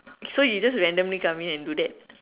so you just randomly come in and do that